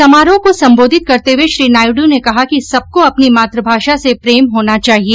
समारोह को संबोधित करते हुए श्री नायडू ने कहा कि सबको अपनी मातृभाषा से प्रेम होना चाहिए